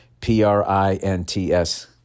P-R-I-N-T-S